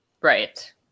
Right